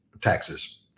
taxes